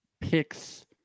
picks